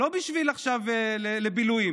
משאל טלפוני.